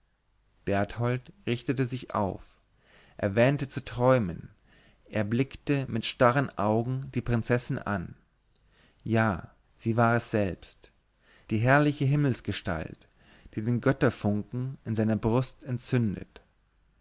berthold richtete sich auf er wähnte zu träumen er blickte mit starren augen die prinzessin an ja sie war es selbst die herrliche himmelsgestalt die den götterfunken in seiner brust entzündet